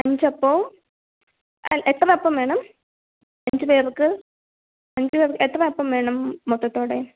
അഞ്ച് അപ്പവും എത്ര അപ്പം വേണം അഞ്ച് പേർക്ക് അഞ്ച് പേർ എത്ര അപ്പം വേണം മൊത്തത്തോടെ